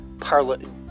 Parliament